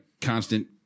Constant